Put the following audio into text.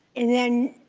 and then,